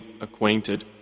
acquainted